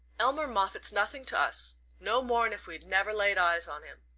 elmer moffatt's nothing to us no more'n if we never laid eyes on him.